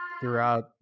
throughout